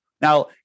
Now